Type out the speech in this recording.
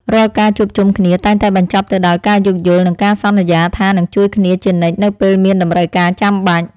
រាល់ការជួបជុំគ្នាតែងតែបញ្ចប់ទៅដោយការយោគយល់ និងការសន្យាថានឹងជួយគ្នាជានិច្ចនៅពេលមានតម្រូវការចាំបាច់។